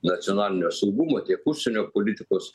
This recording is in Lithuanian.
nacionalinio saugumo tiek užsienio politikos